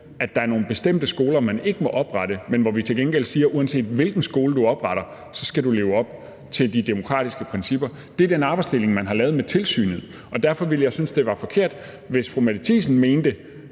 at der er nogle bestemte skoler, man ikke må oprette, men hvor vi til gengæld siger, at uanset hvilken skole du opretter, skal du leve op til de demokratiske principper. Det er den arbejdsdeling, man har lavet med tilsynet, og derfor ville jeg synes, det var forkert, hvis fru Mette Thiesen mente,